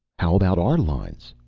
how about our lines?